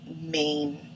main